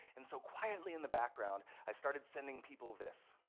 and so quietly in the background, i started sending people this.